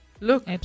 Look